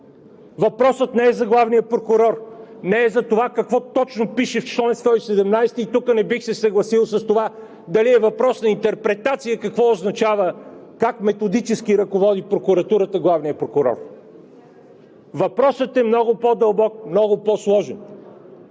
Въпросът не е за главния прокурор, не е за това какво точно пише в чл. 117 – и тук не бих се съгласил с това дали е въпрос на интерпретация, какво означава, как главният прокурор методически ръководи прокуратурата. Въпросът е много по-дълбок, много по-сложен.